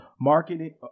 marketing